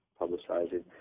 publicizing